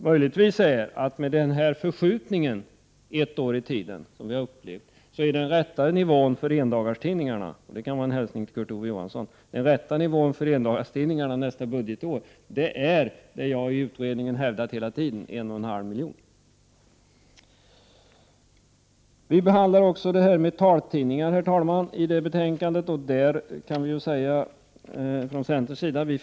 Möjligen innebär denna förskjutning på ett år en rättare nivå i fråga om endagstidningarna. Det kan vara en hälsning till Kurt Ove Johansson. Den rätta nivån för endagstidningarna nästa budgetår är den som jag hela tiden har hävdat i utredningen, nämligen 1,5 miljoner. Herr talman! I betänkandet behandlas också taltidningarna. Centern fick rätt.